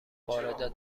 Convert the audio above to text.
واردات